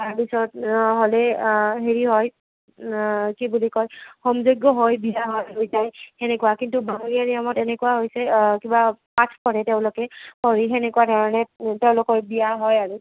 তাৰ পিছত নহ'লে হেৰি হয় কি বুলি কয় হোম যজ্ঞ হৈ বিয়া হৈ যায় তেনেকুৱা কিন্তু বামুণীয়া নিয়মত এনেকুৱা হয় কিবা পাঠ পঢ়ে তেওঁলোকে পঢ়ি সেনেকুৱা ধৰণে তেওঁলোকৰ বিয়া হয় আৰু